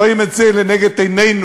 רואים את זה לנגד עינינו,